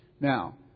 Now